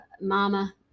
Mama